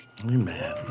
Amen